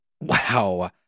Wow